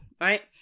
right